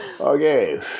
Okay